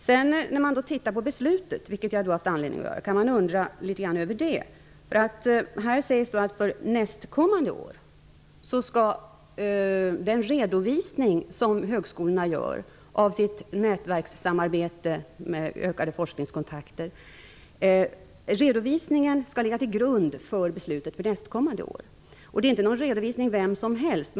Jag har haft anledning att titta på beslutet, och jag undrar litet grand över det. Det sägs att den redovisning som högskolorna gör av sitt nätverkssamarbete med ökade forskningskontakter skall ligga till grund för beslutet för nästkommande år. Det handlar inte om vilken redovisning som helst.